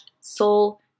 soul